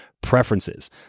preferences